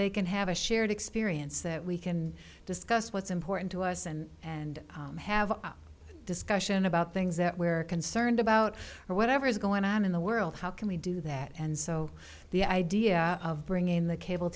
they can have a shared experience that we can discuss what's important to us and and have a discussion about things that we're concerned about or whatever is going on in the world how can we do that and so the idea of bringing the cable